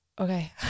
okay